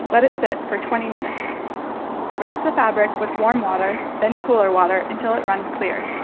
let it sit for twenty minutes rinse the fabric with warm water, then cooler water until it runs clear